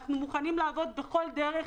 אנחנו מוכנים לעבוד בכל דרך,